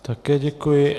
Také děkuji.